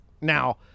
Now